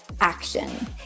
action